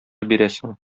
бирәсең